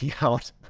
out